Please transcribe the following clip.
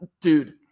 Dude